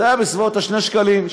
זה היה בסביבות ה-2 שקלים,